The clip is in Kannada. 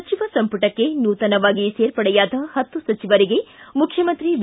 ಸಚಿವ ಸಂಪುಟಕ್ಕೆ ನೂತನವಾಗಿ ಸೇರ್ಪಡೆಯಾದ ಹತ್ತು ಸಚಿವರಿಗೆ ಮುಖ್ಯಮಂತ್ರಿ ಬಿ